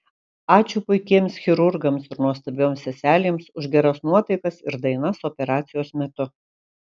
ačiū puikiems chirurgams ir nuostabioms seselėms už geras nuotaikas ir dainas operacijos metu